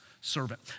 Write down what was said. Servant